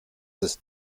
ist